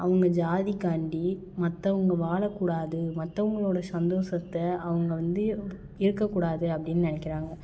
அவங்க ஜாதிக்காண்டி மற்றவங்க வாழக்கூடாது மற்றவங்களோட சந்தோஷத்தை அவங்க வந்து இருக்கக்கூடாது அப்படின்னு நினைக்கிறாங்க